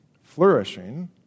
Flourishing